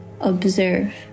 Observe